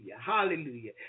hallelujah